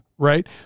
Right